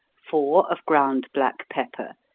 four of ground black pepper,